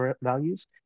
values